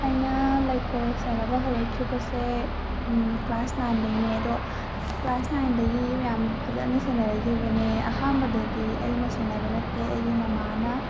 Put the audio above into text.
ꯑꯩꯅ ꯂꯩꯀꯣꯜ ꯁꯦꯟꯅꯕ ꯍꯧꯔꯛꯈꯤꯕꯁꯦ ꯀ꯭ꯂꯥꯁ ꯅꯥꯏꯟꯗꯒꯤꯅꯦ ꯑꯗꯣ ꯀ꯭ꯂꯥꯁ ꯅꯥꯏꯟꯗꯥꯒꯤ ꯌꯥꯝ ꯐꯖꯅ ꯁꯦꯅꯔꯛꯈꯤꯕꯅꯦ ꯑꯍꯥꯟꯕꯗꯤ ꯑꯩꯅ ꯁꯦꯟꯅꯕ ꯅꯠꯇꯦ ꯑꯩꯒꯤ ꯃꯃꯥꯅ